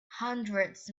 hundreds